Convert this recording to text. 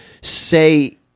say